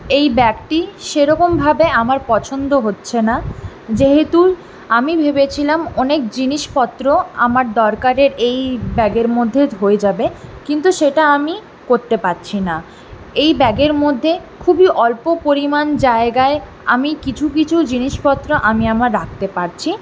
এই ব্যাগটি সেরকম ভাবে আমার পছন্দ হচ্ছে না যেহেতু আমি ভেবেছিলাম অনেক জিনিসপত্র আমার দরকারের এই ব্যাগের মধ্যে হয়ে যাবে কিন্তু সেটা আমি করতে পাচ্ছি না এই ব্যাগের মধ্যে খুবই অল্প পরিমাণ জায়গায় আমি কিছু কিছু জিনিসপত্র আমি আমার রাখতে পারছি